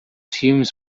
filmes